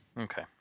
Okay